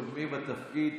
קודמי בתפקיד.